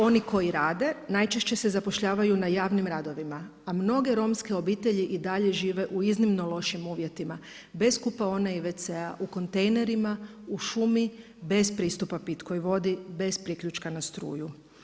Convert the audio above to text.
Oni koji rade, najčešće se zapošljavaju na javnim radovima a mnoge romske obitelji i dalje žive u iznimno lošim uvjetima, bez kupaone i WC-a, u kontejnerima, u šumi, bez pristupa pitkoj vodi, bez priključka na struju.